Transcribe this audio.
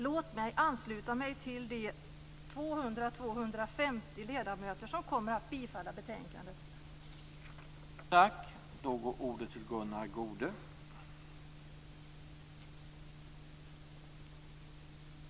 Låt mig ansluta mig till de 200-250 ledamöter som kommer att yrka bifall till hemställan i betänkandet.